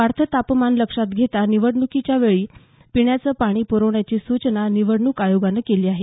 वाढतं तापमान लक्षात घेता निवडणुकीवेळी पिण्याचं पाणी प्रविण्याची सूचना निवडणूक आयोगानं केली आहे